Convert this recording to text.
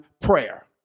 prayer